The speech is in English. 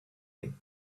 him